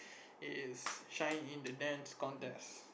it's shine in the Dance Contest